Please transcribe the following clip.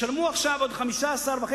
ישלמו עכשיו עוד 15.5%,